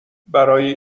برای